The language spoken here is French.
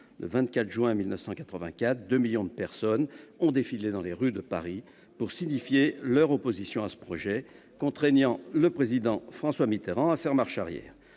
Le 24 juin 1984, deux millions de personnes ont défilé dans les rues de Paris pour signifier leur opposition à ce projet, contraignant le Président François Mitterrand à faire marche arrière.